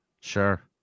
sure